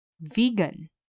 Vegan